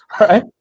Right